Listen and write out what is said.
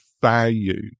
value